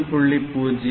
0 port bit 1